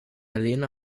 lena